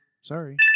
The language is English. Sorry